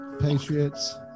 Patriots